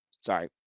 Sorry